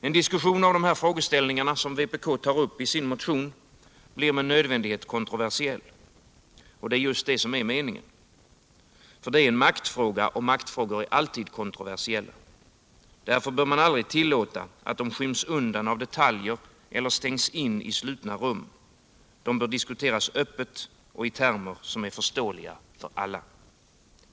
En diskussion om de frågeställningar som vpk tar upp i sin motion blir med nödvändighet kontroversiell. Det är det som är meningen. Ty det är en maktfråga, och maktfrågor är alltid kontroversiella. Därför bör man aldrig tillåta att de skyms av detaljer eller stängs in i slutna rum. De bör diskuteras öppet och i termer som är förståeliga för alla.